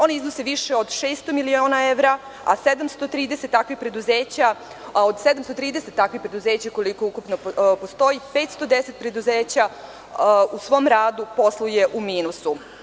Oni iznose više od 600 miliona evra, a od 730 takvih preduzeća, koliko ukupno postoji, 510preduzeća u svom radu posluje u minusu.